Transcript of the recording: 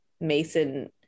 Mason